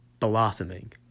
Blossoming